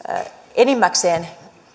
enimmäkseen